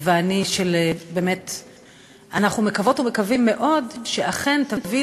אנחנו מקוות ומקווים מאוד שאכן היא תביא